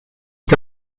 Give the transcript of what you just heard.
que